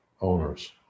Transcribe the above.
owners